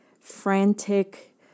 frantic